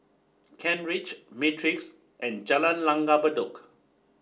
Kent Ridge Matrix and Jalan Langgar Bedok